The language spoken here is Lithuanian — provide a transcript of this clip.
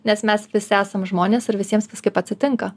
nes mes visi esam žmonės ir visiems vis kaip atsitinka